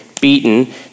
beaten